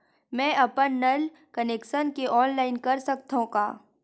मैं अपन नल कनेक्शन के ऑनलाइन कर सकथव का?